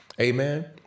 Amen